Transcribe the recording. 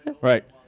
Right